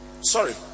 sorry